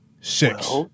six